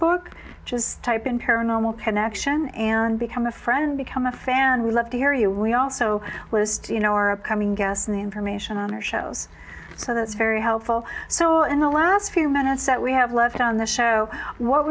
facebook just type in paranormal connection and become a friend become a fan we love to hear you we also list you know our upcoming guests in the information on our shows so that's very helpful so in the last few minutes that we have left on the show what